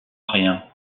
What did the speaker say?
rien